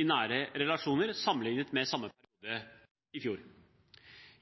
i nære relasjoner sammenlignet med samme periode i fjor.